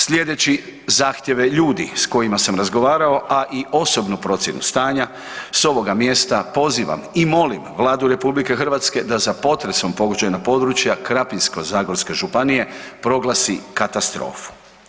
Sljedeći zahtjev ljudi s kojima sam razgovarao, a i osobno procjenu stanja, s ovoga mjesta pozivam i molim Vladu RH da za potresom pogođena područja Krapinsko-zagorske županije proglasi katastrofu.